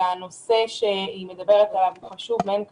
הנושא עליו מדברת הוועדה חשוב מאין כמוהו.